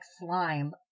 slime